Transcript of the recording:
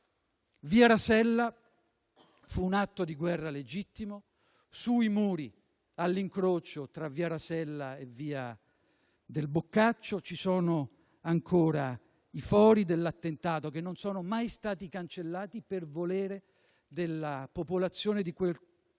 Via Rasella fu un atto di guerra legittimo. Sui muri, all'incrocio tra via Rasella e via del Boccaccio, ci sono ancora i fori dell'attentato, che non sono mai stati cancellati per volere della popolazione di quel